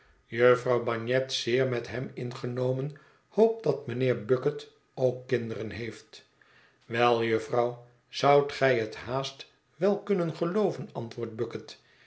jufvrouw bagnet zeer met hem ingenomen hoopt dat mijnheer bucket ook kinderen heeft wel jufvrouw zoudt gij het haast wel kunnen gelooven antwoordt bucket